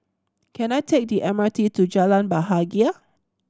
can I take the M R T to Jalan Bahagia